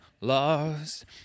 lost